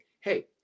hey